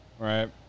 Right